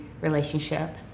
relationship